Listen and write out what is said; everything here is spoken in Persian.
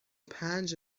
پنج